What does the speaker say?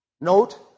Note